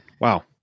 Wow